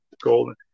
golden